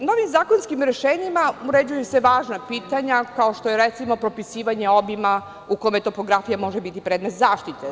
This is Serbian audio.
Novim zakonskim rešenjima uređuju se važna pitanja, kao što je, recimo, propisivanje obima u kome topografija može biti predmet zaštite.